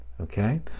Okay